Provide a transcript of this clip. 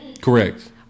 Correct